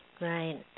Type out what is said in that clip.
right